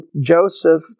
Joseph